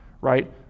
right